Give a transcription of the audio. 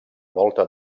volta